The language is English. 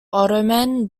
ottoman